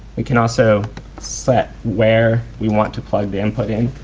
we can also set where we want to plug the input in.